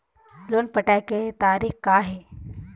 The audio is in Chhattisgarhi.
लोन पटाए के तारीख़ का हे?